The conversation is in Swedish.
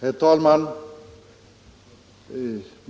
Herr talman!